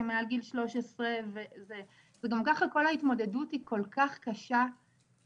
שהם מעל גיל 13 וגם ככה כל ההתמודדות היא כל כך קשה ואמא